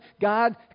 god